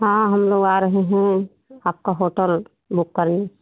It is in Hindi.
हाँ हम लोग आ रहे हैं आपका होटल बुक करने